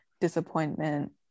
disappointment